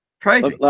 Crazy